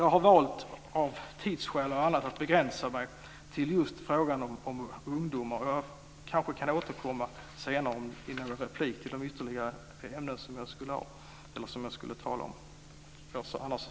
Av tidsskäl och annat har jag valt att begränsa mig till just ungdomsfrågorna. Jag kan kanske återkomma senare i någon replik till de ytterligare ämnen som jag skulle tala om.